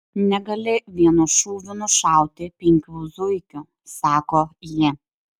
negali vienu šūviu nušauti penkių zuikių sako ji